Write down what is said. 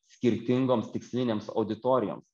skirtingoms tikslinėms auditorijoms